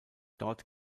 dort